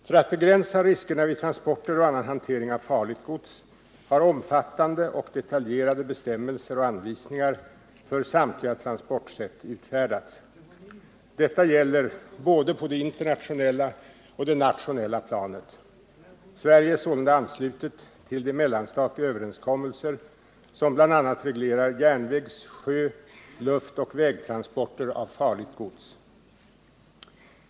För att begränsa riskerna vid transporter och annan hantering av farligt gods har omfattande och detaljerade bestämmelser och anvisningar för samtliga transportsätt utfärdats. Detta gäller både på det internationella och det nationella planet. Sverige är sålunda anslutet till de mellanstatliga överenskommelser som bl.a. reglerar järnvägs-, sjö-, luftoch vägtransporter av farligt gods.